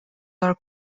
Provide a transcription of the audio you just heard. are